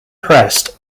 pressed